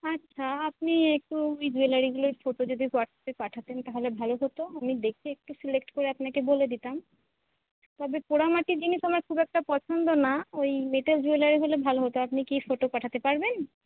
আচ্ছা আপনি একটু ওই জুয়েলারিগুলোর ফটো যদি হোয়াটসঅ্যাপে পাঠাতেন তাহলে ভালো হতো আমি দেখে একটু সিলেক্ট করে আপনাকে বলে দিতাম তবে পোড়া মাটির জিনিস আমার খুব একটা পছন্দ না ওই মেটাল জুয়েলারি হলে ভালো হতো আপনি কি ফটো পাঠাতে পারবেন